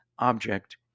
object